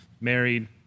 married